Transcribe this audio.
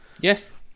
Yes